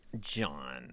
John